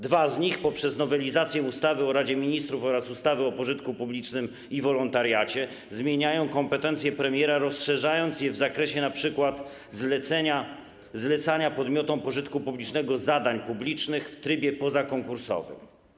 Dwa z nich poprzez nowelizację ustawy o Radzie Ministrów oraz ustawy o pożytku publicznym i wolontariacie zmieniają kompetencje premiera, rozszerzając je w zakresie np. zlecania podmiotom pożytku publicznego zadań publicznych w trybie pozakonkursowym.